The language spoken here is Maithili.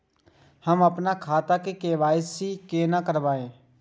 हम अपन खाता के के.वाई.सी केना करब?